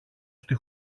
στη